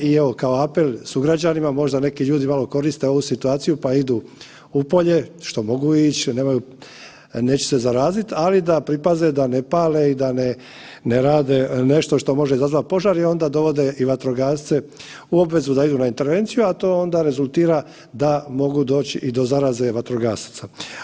I evo kao apel sugrađanima, možda neki ljudi malo koriste ovu situaciju pa idu u polje, što mogu ići neće se zaraziti, ali da pripaze da ne pale i da ne rade nešto što može izazvati požar i onda dovode i vatrogasce u obvezu da idu na intervenciju, a to onda rezultira da mogu doći i do zaraze vatrogasaca.